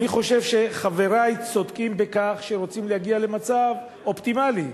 אני חושב שחברי צודקים בכך שהם רוצים להגיע למצב אופטימלי,